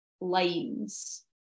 lines